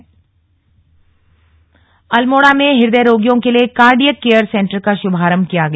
अस्पताल अल्मोडा अल्मोड़ा में हृदय रोगियों के लिए कार्डियक केयर सेन्टर का शुभारम्भ किया गया